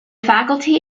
faculty